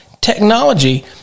technology